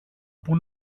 πού